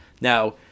Now